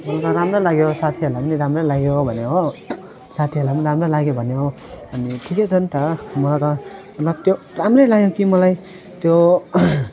मलाई त राम्रो लाग्यो साथीहरूलाई पनि राम्रै लाग्यो भन्यो हो साथीहरूलाई पनि राम्रो लाग्यो भन्यो अनि ठिकै छ नि त मलाई त मतलब त्यो राम्रै लाग्यो कि मलाई त्यो